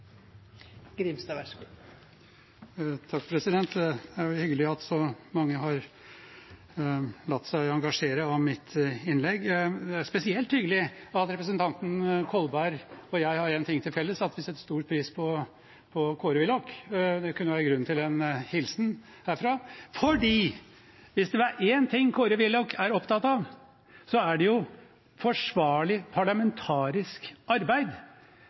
Det er hyggelig at så mange har latt seg engasjere av mitt innlegg. Det er spesielt hyggelig at representanten Kolberg og jeg har en ting til felles – at vi setter stor pris på Kåre Willoch. Det kunne være grunn til en hilsen herfra, for hvis det er én ting Kåre Willoch er opptatt av, er det forsvarlig parlamentarisk arbeid,